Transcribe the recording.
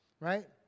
right